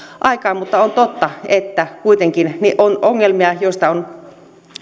aikaan mutta on totta että kuitenkin on ongelmia joista on